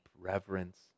reverence